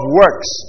works